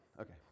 Okay